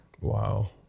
wow